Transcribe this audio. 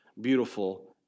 beautiful